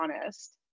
honest